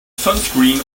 sunscreen